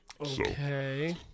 Okay